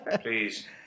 Please